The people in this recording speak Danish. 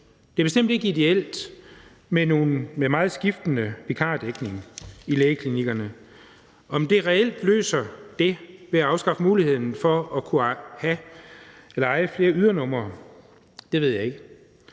Det er bestemt ikke ideelt med meget skiftende vikardækning i lægeklinikkerne. Om det reelt løser det at afskaffe muligheden for at kunne eje flere ydernumre, ved jeg ikke.